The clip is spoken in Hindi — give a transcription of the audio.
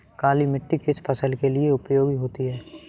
काली मिट्टी किस फसल के लिए उपयोगी होती है?